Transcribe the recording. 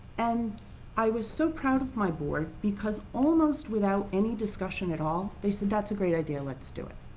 and i was so proud of my board because almost without any discussion at all they said, that's a great idea, let's do it.